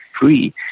free